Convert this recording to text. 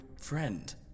friend